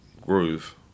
groove